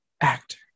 Actor